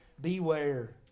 Beware